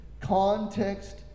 Context